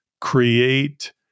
create